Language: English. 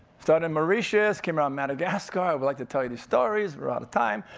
start in mauritius, came around madagascar, would like to tell you these stories we're out of time.